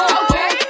okay